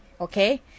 okay